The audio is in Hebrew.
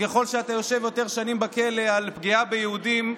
שככל שאתה יושב יותר שנים בכלא על פגיעה ביהודים,